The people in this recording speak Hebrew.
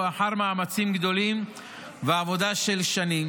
אחר מאמצים גדולים ועבודה של שנים,